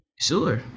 Sure